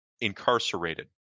incarcerated